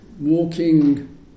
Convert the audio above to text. walking